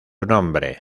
nombre